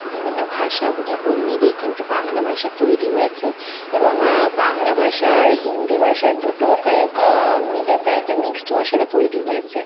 বিভিন্ন ভাষাগুলি মিলেই কিন্তু বাংলা ভাষা তৈরি হয়েছে এবং বাংলা ভাষা হিন্দি ভাষা দুটোকে মিলে প্রায় একটা মিক্সড ভাষাও তৈরি হয়েছে